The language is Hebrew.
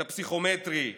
את הפסיכומטרי,